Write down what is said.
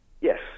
Yes